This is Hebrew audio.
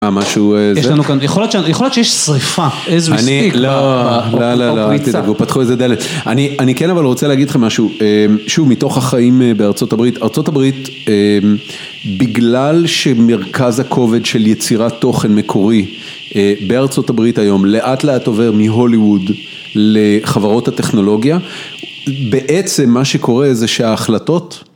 משהו. יש לנו כאן, יכול להיות ש.. יכול להיות שיש שריפה, as we speak. אני לא, לא, לא, לא, אל תדאגו, פתחו איזה דלת. אני אני כן אבל רוצה להגיד לכם משהו, שוב מתוך החיים בארצות הברית. ארצות הברית, בגלל שמרכז הכובד של יצירת תוכן מקורי, בארצות הברית היום, לאט לאט עובר מהוליווד לחברות הטכנולוגיה, בעצם מה שקורה זה שההחלטות...